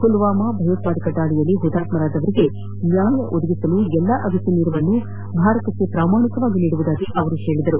ಪುಲ್ವಾಮಾ ಭಯೋತ್ಪಾದಕ ದಾಳಿಯಲ್ಲಿ ಹುತಾತ್ಸರಾದವರಿಗೆ ನ್ಯಾಯ ಒದಗಿಸಲು ಎಲ್ಲಾ ಅಗತ್ತ ನೆರವನ್ನು ಭಾರತಕ್ಕೆ ಪ್ರಾಮಾಣಿಕವಾಗಿ ನೀಡುವುದಾಗಿ ಅವರು ಹೇಳಿದರು